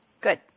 Good